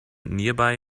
nearby